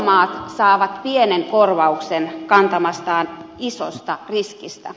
euromaat saavat pienen korvauksen kantamastaan isosta riskistä